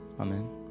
Amen